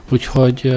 Úgyhogy